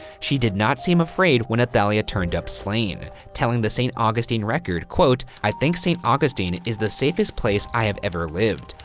she did not seem afraid when athalia turned up slain, telling the st. augustine record, i think st. augustine is the safest place i have ever lived.